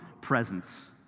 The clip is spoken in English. presence